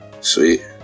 Sweet